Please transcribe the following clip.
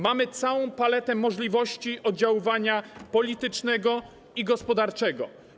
Mamy całą paletę możliwości oddziaływania politycznego i gospodarczego.